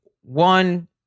one